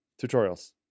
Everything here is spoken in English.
Tutorials